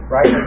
Right